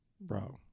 bro